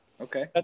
okay